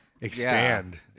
expand